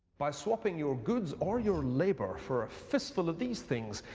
by swapping your goods or your like iabour for a fistfui of these things,